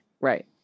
right